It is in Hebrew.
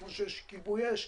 כמו שיש כיבוי אש,